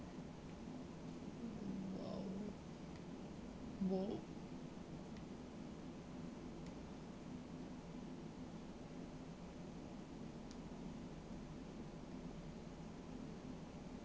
!wow! !whoa!